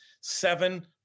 seven